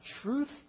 truth